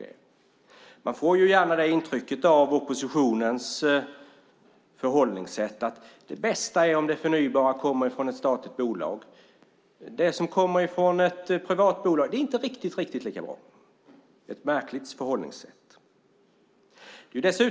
Av oppositionens förhållningssätt får man lätt intrycket att det bästa är om det förnybara kommer från ett statligt bolag och att det som kommer från ett privat bolag inte är riktigt lika bra. Det är ett märkligt förhållningssätt.